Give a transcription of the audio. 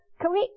correct